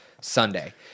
Sunday